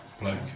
bloke